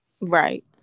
right